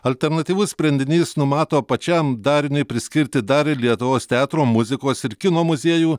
alternatyvus sprendinys numato pačiam dariniui priskirti dalį lietuvos teatro muzikos ir kino muziejų